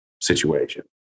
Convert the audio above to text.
situation